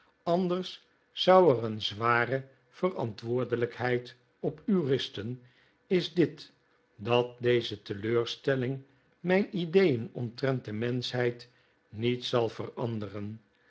anders zou er een zware verantwoordelijkheid op u rusten is dit dat deze teleurstelling mijn ideesn omtrent de menschheid niet zal veranderen